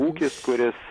ūkis kuris